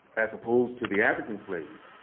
as opposed to the african slaves,